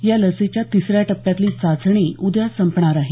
या लसीच्या तिसऱ्या टप्प्यातली चाचणी उद्या संपणार आहे